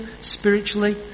spiritually